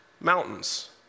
Mountains